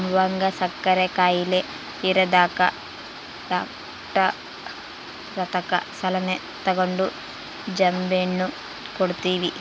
ನಮ್ವಗ ಸಕ್ಕರೆ ಖಾಯಿಲೆ ಇರದಕ ಡಾಕ್ಟರತಕ ಸಲಹೆ ತಗಂಡು ಜಾಂಬೆಣ್ಣು ಕೊಡ್ತವಿ